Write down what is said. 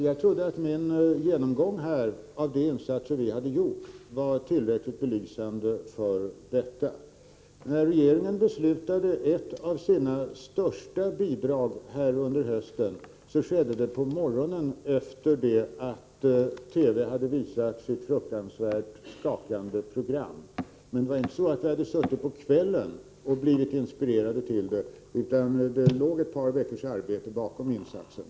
Jag trodde att min genomgång av de insatser som vi har gjort var tillräckligt upplysande därvidlag. När regeringen i höst beslutade om ett av sina största bidrag skedde det på morgonen efter det att TV hade visat ett fruktansvärt skakande program om situationen i Etiopien. Men vi hade inte suttit på kvällen och blivit inspirerade till det, utan det låg flera veckors arbete bakom insatsen.